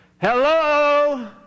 Hello